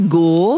go